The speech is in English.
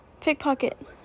Pickpocket